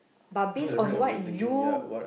but based on what you